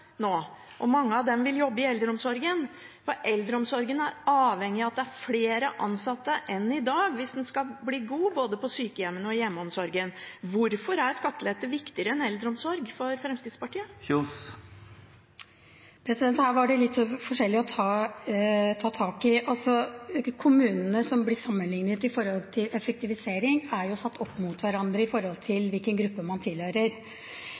nå må kutte ansatte. Mange av dem jobber i eldreomsorgen, og eldreomsorgen er avhengig av at det er flere ansatte enn i dag hvis den skal bli god, både på sykehjemmene og i hjemmeomsorgen. Hvorfor er skattelette viktigere enn eldreomsorg for Fremskrittspartiet? Her var det litt forskjellig å ta tak i. Kommunene som blir sammenlignet med hensyn til effektivisering, er jo satt opp mot hverandre ut fra hvilken gruppe man tilhører.